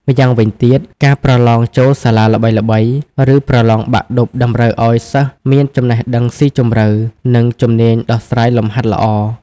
ម្យ៉ាងវិញទៀត ការប្រឡងចូលសាលាល្បីៗ ឬប្រឡងបាក់ឌុបតម្រូវឲ្យសិស្សមានចំណេះដឹងស៊ីជម្រៅ និងជំនាញដោះស្រាយលំហាត់ល្អ។